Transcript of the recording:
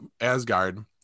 Asgard